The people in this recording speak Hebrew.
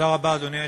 אדוני היושב-ראש,